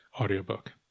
audiobook